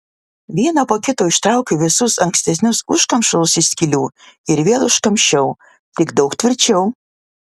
vieną po kito ištraukiau visus ankstesnius užkamšalus iš skylių ir vėl užkamšiau tik daug tvirčiau